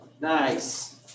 Nice